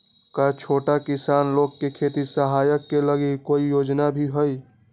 का छोटा किसान लोग के खेती सहायता के लगी कोई योजना भी हई?